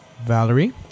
Valerie